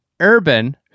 Urban